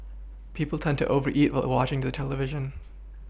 people tend to over eat a watching the television